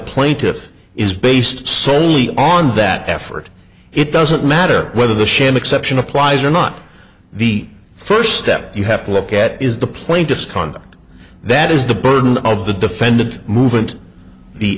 plaintiffs is based soley on that effort it doesn't matter whether the sham exception applies or not the first step you have to look at is the plaintiff's conduct that is the burden of the defendant movement the